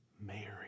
Mary